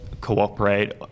cooperate